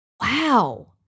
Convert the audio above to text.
Wow